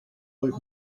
with